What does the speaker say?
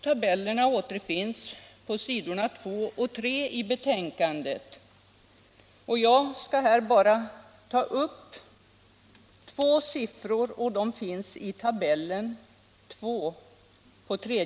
Jag skall här bara beröra två siffror som återfinns i Tabell 2 på s. 3.